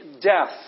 death